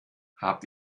habt